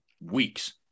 weeks